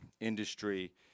industry